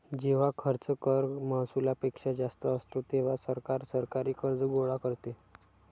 जेव्हा खर्च कर महसुलापेक्षा जास्त असतो, तेव्हा सरकार सरकारी कर्ज गोळा करते